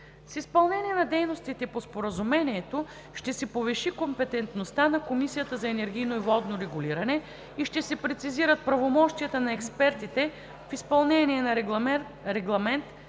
С изпълнение на дейностите по Споразумението ще се повиши компетентността на Комисията за енергийно и водно регулиране и ще се прецизират правомощията на експертите в изпълнение на Регламент